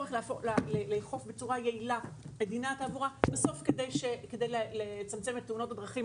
הצורך לאכוף בצורה יעילה את דיני התעבורה כדי לצמצם את תאונות הדרכים.